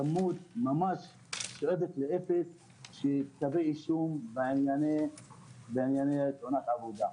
יש כמות שואפת לאפס של כתבי אישום בענייני תאונות עבודה,